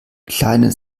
kleinen